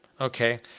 Okay